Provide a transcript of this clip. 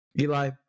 Eli